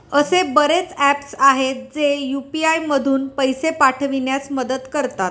असे बरेच ऍप्स आहेत, जे यू.पी.आय मधून पैसे पाठविण्यास मदत करतात